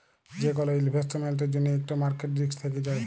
যে কল ইলভেস্টমেল্টের জ্যনহে ইকট মার্কেট রিস্ক থ্যাকে যায়